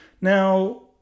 Now